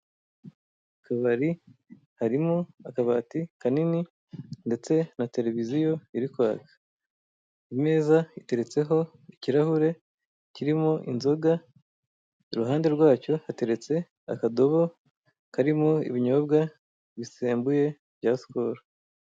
Akabari karimo akabati kanini ndetse na televiziyo iri kwaka. Imeza iteretseho ikirahure kirimo inzoga, iruhande rwacyo hateretse akadobo karimo ibinyobwa bisembuye bya Scol.